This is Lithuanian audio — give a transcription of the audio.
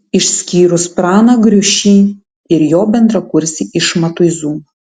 išskyrus praną griušį ir jo bendrakursį iš matuizų